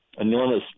enormous